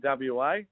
WA